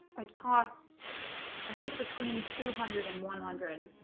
it costs i think between two hundred and one hundred